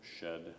shed